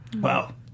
wow